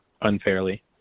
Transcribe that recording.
unfairly